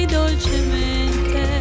dolcemente